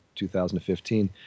2015